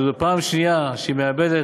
שזאת פעם שנייה שהיא מאבדת,